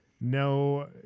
No